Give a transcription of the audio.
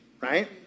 right